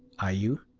are you?